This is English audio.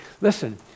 listen